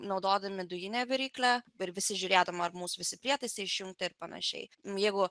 naudodami dujinę viryklę ir visi ar mūsų visi prietaisai išjungti ir panašiai jeigu